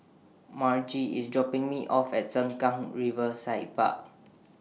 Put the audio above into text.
Margie IS dropping Me off At Sengkang Riverside Park